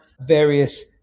various